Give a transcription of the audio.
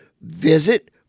visit